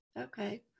Okay